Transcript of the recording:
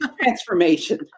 transformation